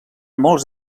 molts